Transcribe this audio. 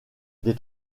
des